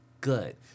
good